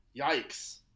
yikes